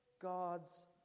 God's